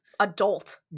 adult